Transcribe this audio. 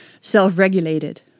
self-regulated